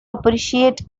appreciate